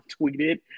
tweeted